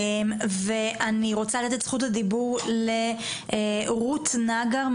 אני רוצה לתת את זכות הדיבור לרות נגר,